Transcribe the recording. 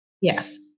Yes